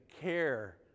care